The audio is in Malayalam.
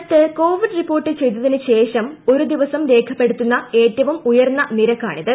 രാജ്യത്ത് കോവിഡ് റിപ്പോർട്ട് ചെയ്തതിന് ശേഷം ഒരു ദിവസം രേഖപ്പെടുത്തുന്ന ഏറ്റവും ഉയർന്ന നിരക്കാണിത്